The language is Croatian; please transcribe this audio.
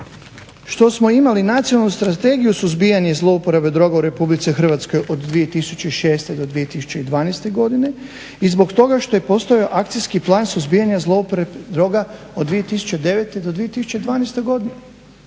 što smo imali Nacionalnu strategiju suzbijanja i zlouporabe droga u RH od 2006. do 2012. godine i zbog toga što je postojao Akcijski plan suzbijanja zlouporabe droga od 2009. do 2012. godine.